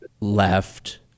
left